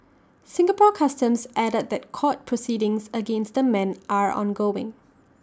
Singapore Customs added that court proceedings against the men are ongoing